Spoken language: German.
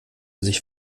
sich